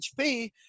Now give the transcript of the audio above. HP